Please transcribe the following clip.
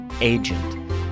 Agent